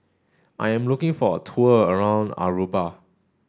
I am looking for a tour around Aruba